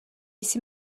jsi